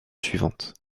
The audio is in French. suivantes